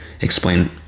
explain